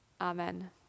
Amen